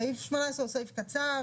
סעיף 18 הוא סעיף קצר,